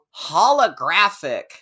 holographic